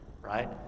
right